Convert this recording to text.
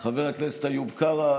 חבר הכנסת איוב קרא,